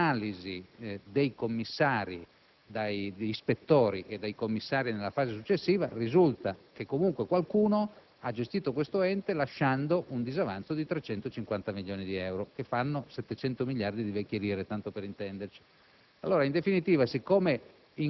gravi, dall'analisi degli ispettori e dei commissari nella fase successiva, risulta che comunque qualcuno ha gestito questo ente lasciando un disavanzo di 350 milioni di euro (ben 700 miliardi di vecchie lire, tanto per intenderci).